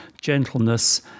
gentleness